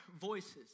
voices